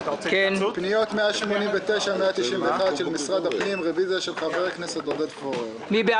פעם אחת, המכרז לא שקוף, ופעם